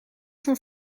cent